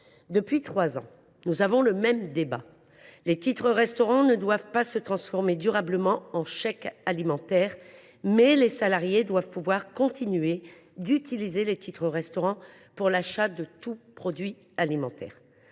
Depuis trois ans, nous avons donc le même débat : les titres restaurant ne doivent pas se transformer durablement en chèques alimentaires, mais les salariés doivent pouvoir continuer de les utiliser pour acheter tout produit alimentaire.